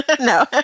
No